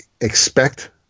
expect